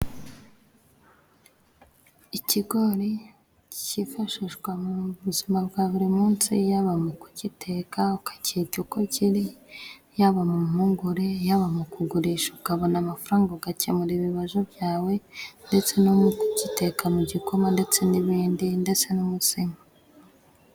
Ikigori cyifashishwa mu buzima bwa buri munsi, yaba mu kugiteka ukakirya uko kiri, yaba mu mpungure, yaba mu kugurisha ukabona amafaranga ugakemura ibibazo byawe. Ndetse no mu kugiteka mu gikoma ndetse n'ibindi ndetse n'umutsima.